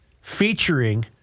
featuring